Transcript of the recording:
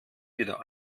wieder